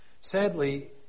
Sadly